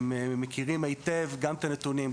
כי הם מכירים היטב גם את הנתונים,